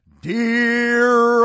dear